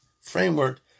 Framework